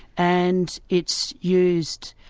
and it's used,